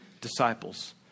disciples